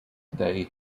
they